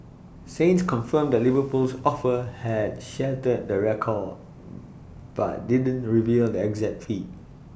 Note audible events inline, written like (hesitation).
saints confirmed that Liverpool's offer had shattered the record (hesitation) but didn't reveal the exact fee